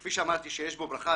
כפי שאמרתי שיש בו ברכה,